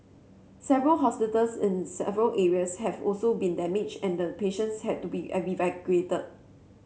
several hospitals in several areas have also been damaged and patients had to be evacuated